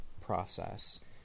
process